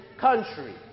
country